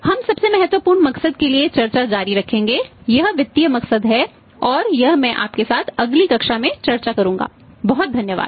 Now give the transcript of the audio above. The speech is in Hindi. हम सबसे महत्वपूर्ण मकसद के लिए चर्चा जारी रखेंगे यह वित्तीय मकसद है और यह मैं आपके साथ अगली कक्षा में चर्चा करुंगा बहुत धन्यवाद